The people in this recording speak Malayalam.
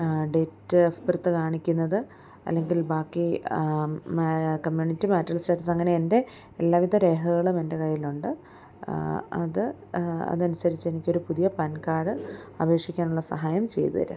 ഡെയിറ്റ് ഓഫ് ബർത്ത് കാണിക്കുന്നത് അല്ലെങ്കിൽ ബാക്കി കമ്മ്യൂണിറ്റി മെറിറ്റൽ സ്റ്റാറ്റസ് സ്റ്റാറ്റസ് എൻ്റെ എല്ലാവിധ രേഖകളും എന്റെ കയ്യിലുണ്ട് അത് അതനുസരിച്ച് എനിക്കൊരു പുതിയ പാൻ കാഡ് അപേക്ഷിക്കാനുള്ള സഹായം ചെയ്തു തരിക